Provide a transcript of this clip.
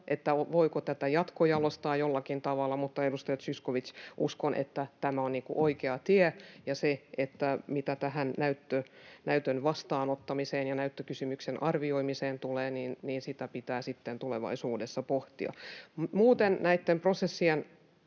voiko tätä jatkojalostaa jollakin tavalla. Mutta, edustaja Zyskowicz, uskon, että tämä on oikea tie, ja mitä tähän näytön vastaanottamiseen ja näyttökysymyksen arvioimiseen tulee, niin sitä pitää sitten tulevaisuudessa pohtia. Muuten näitten prosessien